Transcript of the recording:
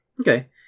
Okay